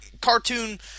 cartoon